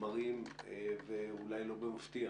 מראים ואולי לא במפתיע